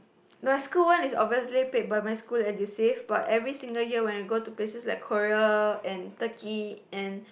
my school one is obviously paid by my school Edusave but every single year when I go to places like Korea and Turkey and